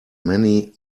many